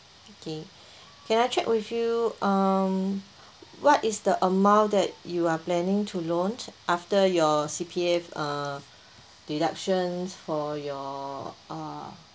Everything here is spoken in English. K can I check with you uh what is the amount that you are planning to loan after your C_P_F uh deductions for your uh